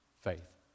faith